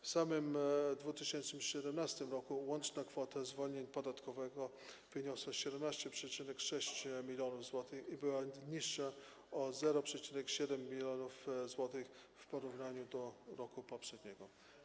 W samym 2017 r. łączna kwota zwolnienia podatkowego wyniosła 17,6 mln zł i była niższa o 0,7 mln zł w porównaniu do roku poprzedniego.